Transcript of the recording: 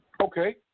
Okay